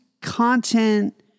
content